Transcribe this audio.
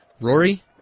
Rory